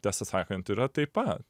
tiesą sakant yra taip pat